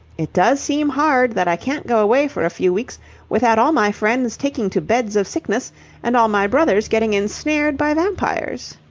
it does seem hard that i can't go away for a few weeks without all my friends taking to beds of sickness and all my brothers getting ensnared by vampires.